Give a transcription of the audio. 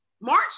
March